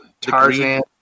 Tarzan